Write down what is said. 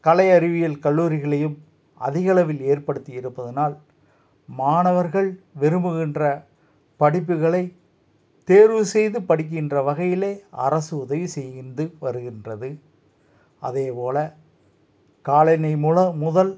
கலை அறிவியல் கல்லூரிகளையும் அதிகளவில் ஏற்படுத்தி இருப்பதனால் மாணவர்கள் விரும்புகின்ற படிப்புகளை தேர்வு செய்து படிக்கின்ற வகையிலே அரசு உதவி செய்கிந்து வருகின்றது அதேபோல காலனி மூலம் முதல்